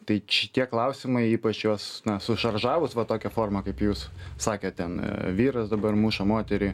tai šitie klausimai ypač juos na sušaržavus va tokia forma kaip jūs sakėt ten vyras dabar muša moterį